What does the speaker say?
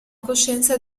coscienza